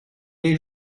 les